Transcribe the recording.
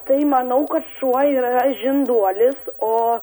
tai manau kad šuo yra žinduolis o